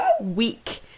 week